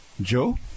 Joe